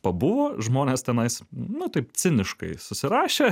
pabuvo žmonės tenais nu taip ciniškai susirašė